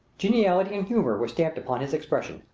geniality and humor were stamped upon his expression.